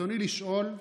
רצוני לשאול: